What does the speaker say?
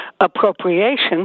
appropriation